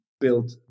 build